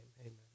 amen